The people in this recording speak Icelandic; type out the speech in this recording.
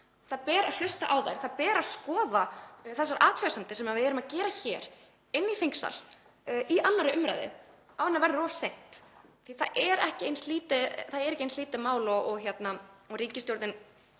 Það ber að hlusta á þær, ber að skoða þessar athugasemdir sem við erum að gera hér inni í þingsal í 2. umr. áður en það verður of seint því það er ekki eins lítið mál og ríkisstjórnin